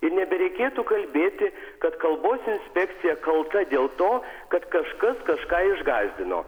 ir nebereikėtų kalbėti kad kalbos inspekcija kalta dėl to kad kažkas kažką išgąsdino